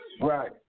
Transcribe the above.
right